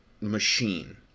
machine